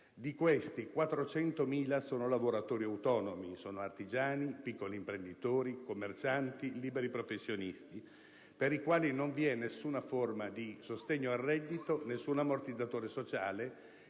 di questi, 400.000 sono lavoratori autonomi: artigiani, piccoli imprenditori, commercianti, liberi professionisti, per i quali non vi è alcuna forma di sostegno al reddito, nessun ammortizzatore sociale.